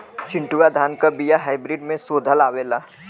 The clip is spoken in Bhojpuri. चिन्टूवा धान क बिया हाइब्रिड में शोधल आवेला?